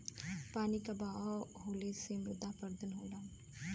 पानी क बहाव होले से मृदा अपरदन होला